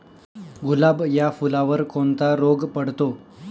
गुलाब या फुलावर कोणता रोग पडतो?